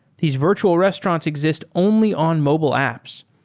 these virtual restaurants exist only on mobile apps.